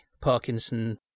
Parkinson